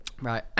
right